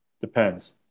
Depends